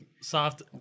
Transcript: soft